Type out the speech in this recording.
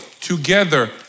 together